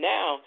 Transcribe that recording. Now